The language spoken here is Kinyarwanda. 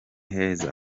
heza